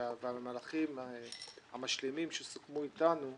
והמהלכים המשלימים שסוכמו איתנו,